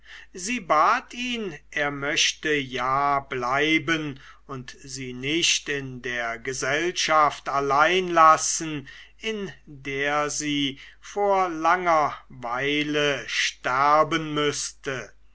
sie bat ihn er möchte ja bleiben und sie nicht in der gesellschaft allein lassen in der sie vor langer weile sterben müßte